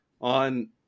on